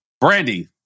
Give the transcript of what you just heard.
Brandy